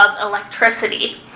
electricity